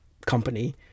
company